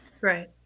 Right